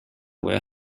were